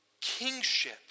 kingship